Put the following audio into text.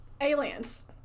Aliens